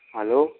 hello